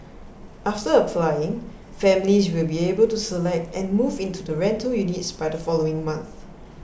after applying families will be able to select and move into the rental units by the following month